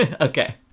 okay